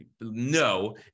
No